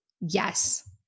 Yes